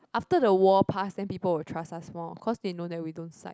after the war past then people will trust us more cause they know that we don't side